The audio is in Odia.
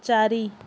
ଚାରି